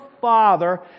Father